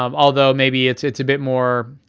um although maybe it's it's a bit more,